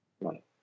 Right